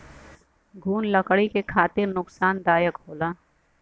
घुन लकड़ी के खातिर नुकसानदायक होला